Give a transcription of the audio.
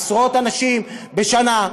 עשרות אנשים בשנה,